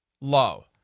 low